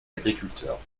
agriculteurs